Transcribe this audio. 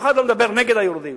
אף אחד לא מדבר נגד היורדים.